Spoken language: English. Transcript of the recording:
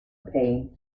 pain